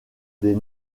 des